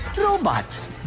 robots